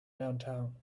downtown